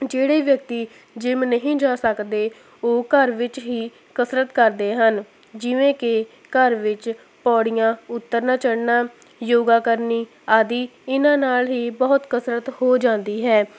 ਜਿਹੜੇ ਵਿਅਕਤੀ ਜਿੰਮ ਨਹੀਂ ਜਾ ਸਕਦੇ ਉਹ ਘਰ ਵਿੱਚ ਹੀ ਕਸਰਤ ਕਰਦੇ ਹਨ ਜਿਵੇਂ ਕਿ ਘਰ ਵਿੱਚ ਪੌੜੀਆਂ ਉਤਰਨਾ ਚੜ੍ਹਨਾ ਯੋਗਾ ਕਰਨੀ ਆਦਿ ਇਹਨਾਂ ਨਾਲ ਹੀ ਬਹੁਤ ਕਸਰਤ ਹੋ ਜਾਂਦੀ ਹੈ